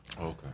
Okay